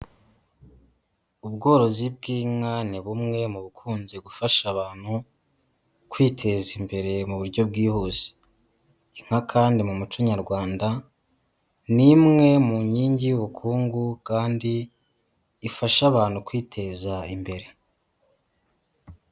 Ubworozi bw'inka, ni bumwe mu bukunze gufasha abantu kwiteza imbere mu buryo bwihuse, inka kandi mu muco nyarwanda ni imwe mu nkingi y'ubukungu kandi ifasha abantu kwiteza imbere.